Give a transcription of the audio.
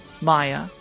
Maya